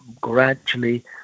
gradually